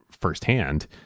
firsthand